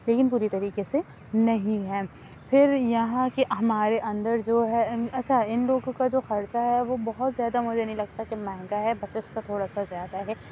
لیکن پوری طریقے سے نہیں ہے پھر یہاں کے ہمارے اندر جو ہے اچھا اِن لوگوں کا جو خرچا ہے وہ بہت زیادہ مجھے نہیں لگتا کہ مہنگا ہے بسیز کا تھوڑا سا زیادہ ہے